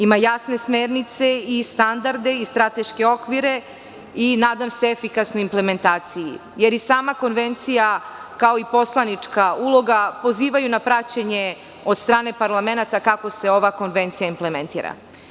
Ima jasne smernice i standarde i strateške okvire i nadam se efikasnoj implementaciji, jer i sama konvencija, kao i poslanička uloga, pozivaju na praćenje od strane parlamenata kako se ova konvencija implementira.